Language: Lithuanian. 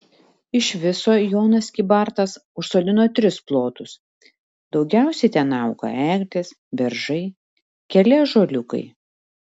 iš viso jonas kybartas užsodino tris plotus daugiausiai ten auga eglės beržai keli ąžuoliukai